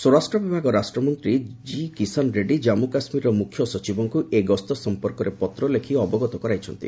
ସ୍ୱରାଷ୍ଟ୍ର ବିଭାଗ ରାଷ୍ଟ୍ର ମନ୍ତ୍ରୀ ଜି କିଶନ୍ ରେଡ୍ରୀ କାମ୍ମୁ ଓ କାଶ୍ମୀରର ମୁଖ୍ୟ ସଚିବଙ୍କୁ ଏହି ଗସ୍ତ ସମ୍ପର୍କରେ ପତ୍ର ଲେଖି ଅବଗତ କରାଇଛନ୍ତି